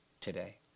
today